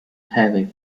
heavy